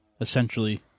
essentially